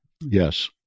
Yes